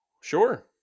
Sure